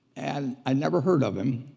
and i never heard of him,